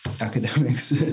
academics